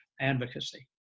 advocacy